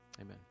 amen